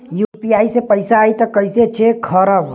UPI से पैसा आई त कइसे चेक खरब?